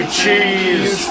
cheese